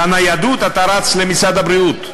לניידות אתה רץ למשרד הבריאות,